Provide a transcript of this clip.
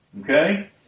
Okay